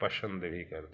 पसंद भी करते